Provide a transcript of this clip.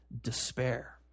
despair